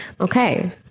Okay